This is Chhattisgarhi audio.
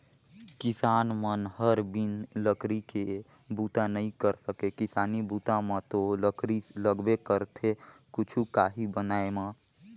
किसान मन हर बिन लकरी के बूता नइ कर सके किसानी बूता म तो लकरी लगबे करथे कुछु काही बनाय म